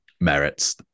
merits